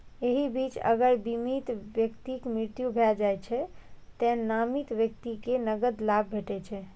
एहि बीच अगर बीमित व्यक्तिक मृत्यु भए जाइ छै, तें नामित व्यक्ति कें नकद लाभ भेटै छै